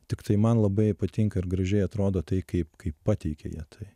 tiktai man labai patinka ir gražiai atrodo tai kaip kaip pateikia jie tai